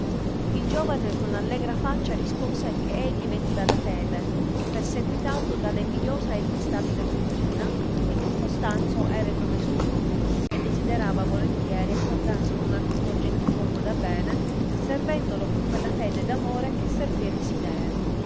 il giovane con allegra faccia rispose che egli veniva da tebe persequitato dalla invidiosa ed instabile fortuna e che costanzo era il nome suo e desiderava volentieri accordarsi con alcuno gentiluomo da bene servendolo con quella fede ed amore che servire si dee